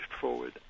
forward